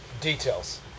Details